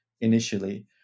initially